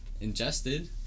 ingested